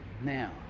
Now